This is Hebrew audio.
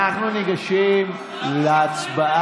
אנחנו ניגשים להצבעה.